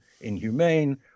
inhumane